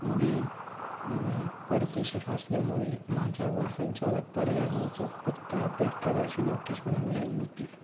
मी मी परदेशात असल्यामुळे माझ्या वाहनचालक परवानाचा पत्ता अपडेट करायची नोटीस मला मिळाली होती